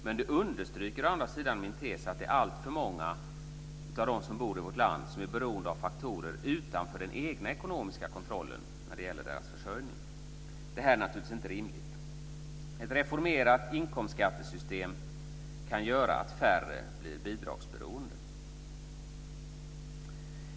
Det understryker min tes att alltför många av dem som bor i vårt land är beroende av faktorer utanför den egna ekonomiska kontrollen för sin försörjning. Det är inte rimligt. Ett reformerat inkomstskattesystem kan göra att färre blir bidragsberoende.